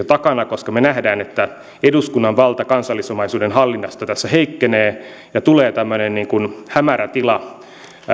takana koska me näemme että eduskunnan valta kansallisomaisuuden hallinnassa tässä heikkenee ja tulee tämmöinen hämärä tila